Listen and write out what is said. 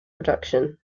production